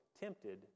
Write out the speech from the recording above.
tempted